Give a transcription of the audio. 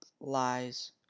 lies